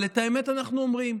אבל את האמת אנחנו אומרים.